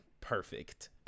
perfect